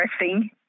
interesting